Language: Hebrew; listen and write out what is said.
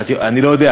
אני לא יודע.